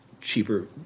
cheaper